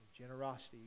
generosity